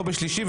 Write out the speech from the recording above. לא בשלישי,